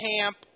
camp